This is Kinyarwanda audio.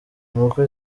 nuko